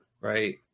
right